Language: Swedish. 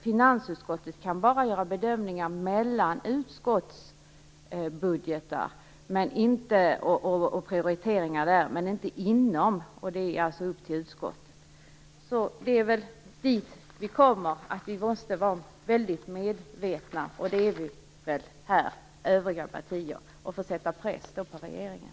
Finansutskottet kan bara göra bedömningar och prioriteringar mellan utskottsbudgetar och inte inom, och därför är det alltså upp till justitieutskottet att göra detta. Vi kommer fram till att vi måste vara väldigt medvetna, och det är väl övriga partier också, och sätta press på regeringen.